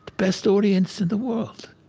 best audience in the world.